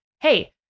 Hey